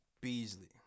Beasley